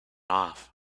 off